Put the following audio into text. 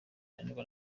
gihanwa